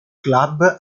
club